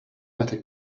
better